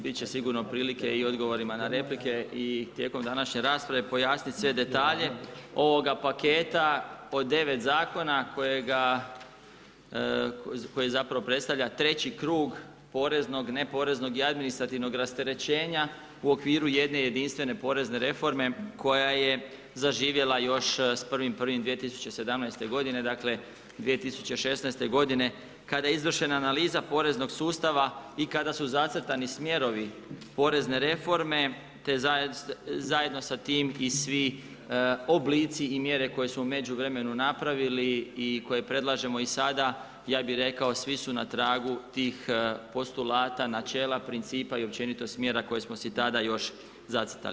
Bit će sigurno prilike i odgovorima na replike i tijekom današnje rasprave pojasniti sve detalje ovog paketa od 9 Zakona kojega, koji zapravo predstavlja treći krug poreznog, ne poreznog i administrativnog rasterećenja u okviru jedne jedinstvene porezne reforme koja je zaživjela još s 1.1.2017. godine, dakle, 2016. godine kada je izvršena analiza poreznog sustava i kada su zacrtani smjerovi porezne reforme, te zajedno sa tim i svi oblici i mjere koje su u međuvremenu napravili i koje predlažemo i sada, ja bi rekao svi su na tragu tih postulata, načela, principa i općenito smjera koji smo si tada još zacrtali.